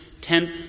tenth